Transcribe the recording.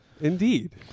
Indeed